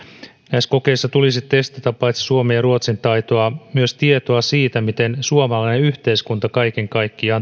näissä kokeissa tulisi testata paitsi suomen ja ruotsin taitoa myös tietoa siitä miten suomalainen yhteiskunta kaiken kaikkiaan